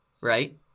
right